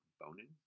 Bonin